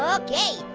ah okay,